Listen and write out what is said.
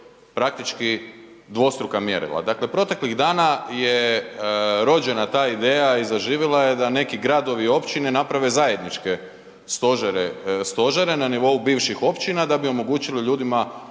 praktički dvostruka mjerila. Dakle proteklih dana je rođena ta ideja i zaživjela je da neki gradovi i općine naprave zajedničke stožere na nivou bivših općina da bi omogućili ljudima